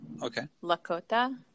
Lakota